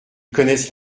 connaissent